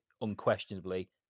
unquestionably